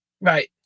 Right